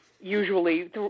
usually